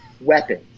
weapons